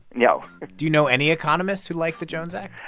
no do you know any economists who like the jones act?